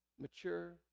mature